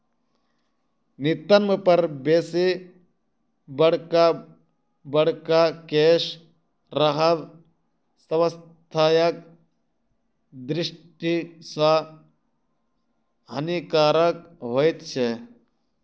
नितंब पर बेसी बड़का बड़का केश रहब स्वास्थ्यक दृष्टि सॅ हानिकारक होइत छै